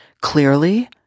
clearly